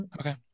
Okay